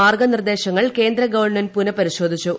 മാർഗ്ഗനിർദ്ദേശങ്ങൾ കേന്ദ്ര ഗവൺമെന്റ് പുനപരിശോധിച്ചു